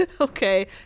Okay